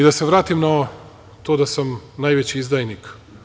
Da se vratim na to da sam najveći izdajnik.